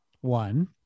one